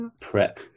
prep